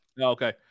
Okay